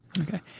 Okay